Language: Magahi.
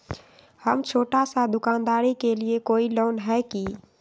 हम छोटा सा दुकानदारी के लिए कोई लोन है कि?